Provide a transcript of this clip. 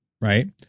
right